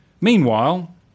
Meanwhile